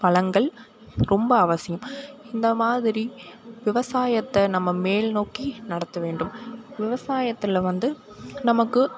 வளங்கள் ரொம்ப அவசியம் இந்த மாதிரி விவசாயத்தை நம்ம மேல்நோக்கி நடத்த வேண்டும் விவசாயத்தில் வந்து நமக்கு